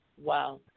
Wow